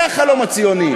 זה החלום הציוני.